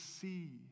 see